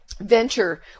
venture